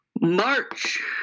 March